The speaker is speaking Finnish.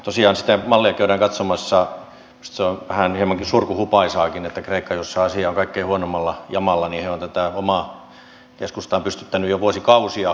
tosiaan sitä mallia käydään katsomassa ja minusta se on hieman surkuhupaisaakin että kreikassa jossa asia on kaikkein huonoimmalla jamalla he ovat tätä omaa keskustaan pystyttäneet jo vuosikausia